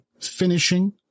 finishing